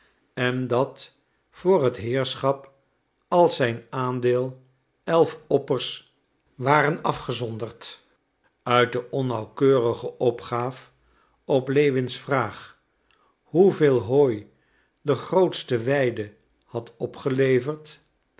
en dat voor het heerschap als zijn aandeel elf oppers waren afgezonderd uit de onnauwkeurige opgaaf op lewins vraag hoeveel hooi de grootste weide had opgeleverd